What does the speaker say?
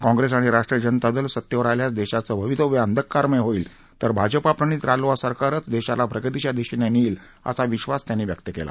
काँप्रेस आणि राष्ट्रीय जनता दल सत्तेवर आल्यास देशाचं भवितव्य अंधःकारमय होईल तर भाजपा प्रणित रालोआ सरकारचं देशाला प्रगतीच्या दिशेनं नेईल असा विश्वास त्यांनी व्यक्त केला